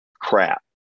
crap